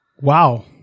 Wow